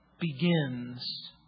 begins